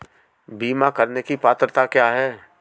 बीमा करने की पात्रता क्या है?